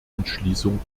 entschließung